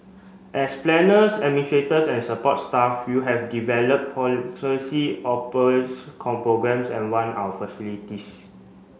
as planners administrators and support staff you have developed policy programmes and run our facilities